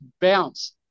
bounce